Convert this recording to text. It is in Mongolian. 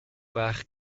байх